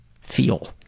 feel